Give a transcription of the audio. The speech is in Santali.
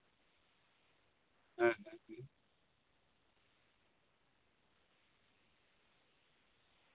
ᱦᱮᱸ ᱦᱮᱸ ᱦᱮᱸ